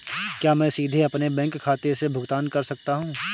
क्या मैं सीधे अपने बैंक खाते से भुगतान कर सकता हूं?